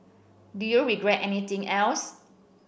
do you regret anything else